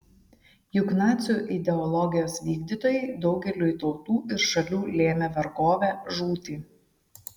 juk nacių ideologijos vykdytojai daugeliui tautų ir šalių lėmė vergovę žūtį